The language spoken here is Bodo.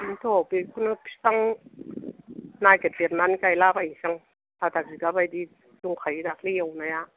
बेनोथ' बेखौनो बिफां नागिरदेरनानै गायला बायसां आधा बिगा बायदि दंखायो दाख्लै एवनाया